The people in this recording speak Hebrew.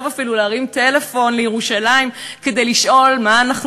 אפילו להרים טלפון לירושלים כדי לשאול מה אנחנו